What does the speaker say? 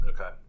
Okay